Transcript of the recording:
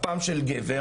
הפעם של גבר,